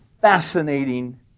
fascinating